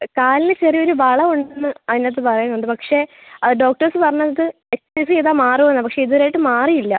കാലിന് ചെറിയൊരു വളവുണ്ടെന്ന് അതിനകത്ത് പറയുന്നുണ്ട് പക്ഷെ അത് ഡോക്ടേഴ്സ് പറഞ്ഞത് എക്സർസൈസ് ചെയ്താൽ മാറുമെന്നാണ് പക്ഷെ ഇതുവരെ ആയിട്ടും മാറിയില്ല